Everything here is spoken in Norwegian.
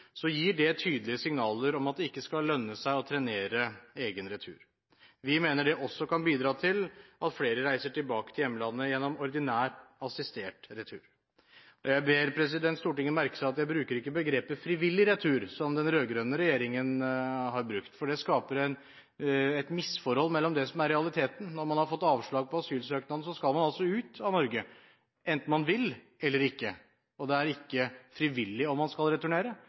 gir det tydelige signaler om at det ikke skal lønne seg å trenere egen retur. Vi mener det også kan bidra til at flere reiser tilbake til hjemlandet gjennom ordinær assistert retur. Jeg ber Stortinget merke seg at jeg ikke bruker begrepet frivillig retur, som den rød-grønne regjeringen har brukt, for det skaper et misforhold til det som er realiteten. Når man har fått avslag på asylsøknaden, skal man ut av Norge enten man vil eller ikke. Det er ikke frivillig om man skal returnere,